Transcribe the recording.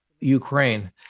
Ukraine